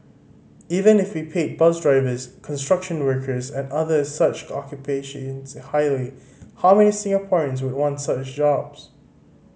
even if we paid bus drivers construction workers and other such occupations highly how many Singaporeans would want such jobs